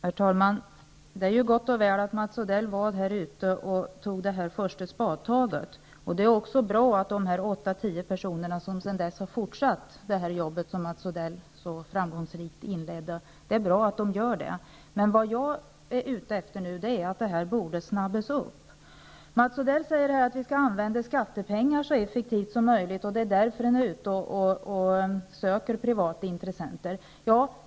Herr talman! Det är gott och väl att Mats Odell tog det första spadtaget. Det är också bra att det arbete som Mats Odell så framgångsrikt inledde har fortsatts av de åtta tio personer som arbetar där nu. Jag menar att det här arbetet borde snabbas upp. Mats Odell säger att skattepengarna skall användas så effektivt som möjligt. Det är därför privata intressenter söks.